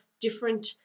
different